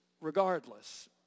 regardless